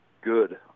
good